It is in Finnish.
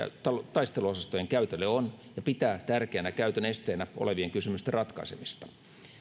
taisteluosastojen käytölle on ja pitää tärkeänä käytön esteenä olevien kysymysten ratkaisemista